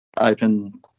open